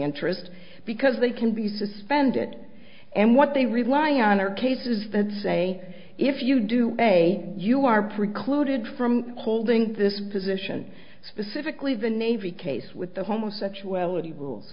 interest because they can be suspended and what they relying on are cases that say if you do say you are precluded from holding this position specifically the navy case with the homosexuality rules